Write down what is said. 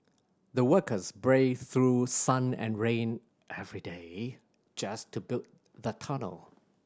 the workers braved through sun and rain every day just to build the tunnel